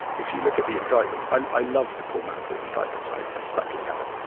if you look at the indictment i i love the paul manafort indictment. i i practically have it, you